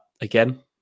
again